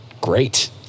great